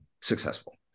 successful